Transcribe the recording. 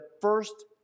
first